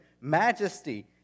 majesty